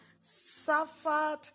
suffered